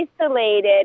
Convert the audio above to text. isolated